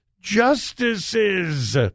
justices